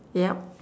yup